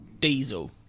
diesel